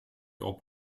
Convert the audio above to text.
auch